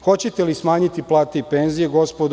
Hoćete li smanjiti plate i penzije gospodo?